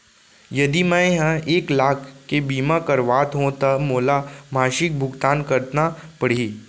यदि मैं ह एक लाख के बीमा करवात हो त मोला मासिक भुगतान कतना पड़ही?